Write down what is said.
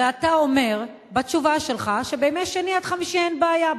הרי אתה אומר בתשובה שלך שבימי שני עד חמישי אין בעיה.